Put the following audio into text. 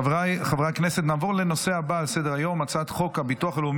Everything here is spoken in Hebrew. אני קובע כי הצעת החוק להגנה על הצרכן מפני עוסקים